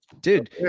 Dude